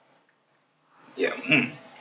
ya hmm